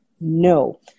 no